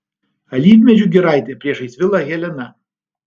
alyvmedžių giraitė priešais vilą helena